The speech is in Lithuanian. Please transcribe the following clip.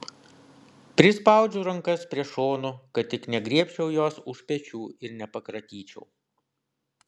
prispaudžiu rankas prie šonų kad tik negriebčiau jos už pečių ir nepakratyčiau